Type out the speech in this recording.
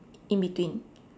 in between